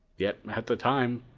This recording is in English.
yet, at the time,